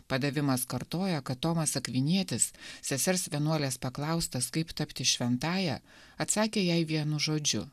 padavimas kartoja kad tomas akvinietis sesers vienuolės paklaustas kaip tapti šventąja atsakė jai vienu žodžiu